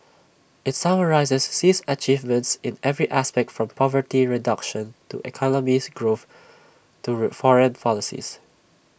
IT summarises Xi's achievements in every aspect from poverty reduction to economic growth to re foreign policy